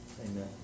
Amen